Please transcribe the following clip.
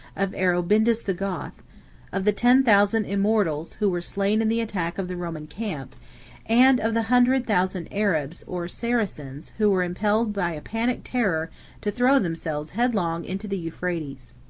of areobindus the goth of the ten thousand immortals, who were slain in the attack of the roman camp and of the hundred thousand arabs, or saracens, who were impelled by a panic terror to throw themselves headlong into the euphrates.